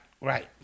Right